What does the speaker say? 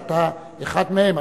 שאתה אחד מהם,